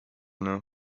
known